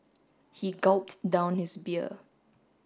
he gulped down his beer